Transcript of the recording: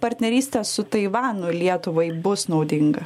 partnerystė su taivanu lietuvai bus naudinga